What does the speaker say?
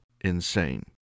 insane